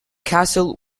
castle